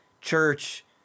church